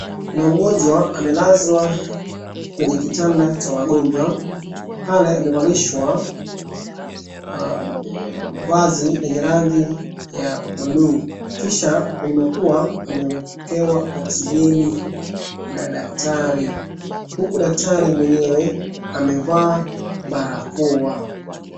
Kuna mgonjwa amelazwa kwenye kitanda cha wagonjwa, pale amevalishwa vazi yenye rangi ya buluu , kisha kwenye mapua amewekewa oksigeni na daktari huku daktari mwenyewe amevaa barakoa.